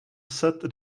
set